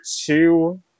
two